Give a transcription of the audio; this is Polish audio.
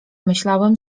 myślałem